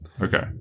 Okay